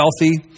wealthy